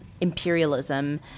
imperialism